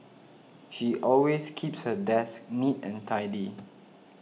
she always keeps her desk neat and tidy